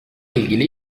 ilgili